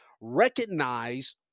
recognize